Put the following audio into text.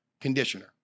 conditioner